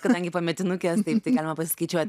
kadangi pametinukės taip tai galima pasiskaičiuot